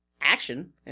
Action